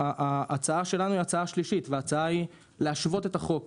ההצעה שלנו היא הצעה שלישית וההצעה היא להשוות את החוק